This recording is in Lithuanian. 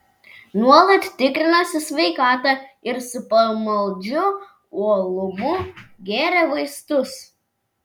nuolat tikrinosi sveikatą ir su pamaldžiu uolumu gėrė vaistus